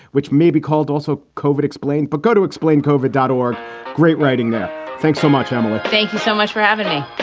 which may be called also, koven explained. but go to explain kova dawg, great writing there thanks so much, amila. thank you so much for having me